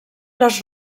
les